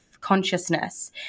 consciousness